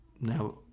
Now